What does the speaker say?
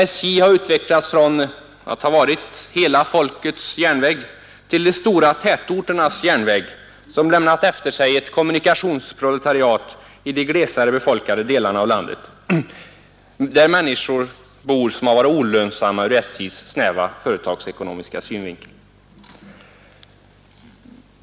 SJ har utvecklats från ”hela folkets järnväg” till de stora tätorternas järnväg, som lämnat efter sig ett kommunikationsproletariat i de glesare befolkade delarna av landet, där människor bor som har varit olönsamma ur SJ:s snäva synvinkel.